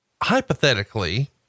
Hypothetically